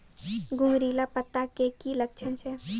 घुंगरीला पत्ता के की लक्छण छै?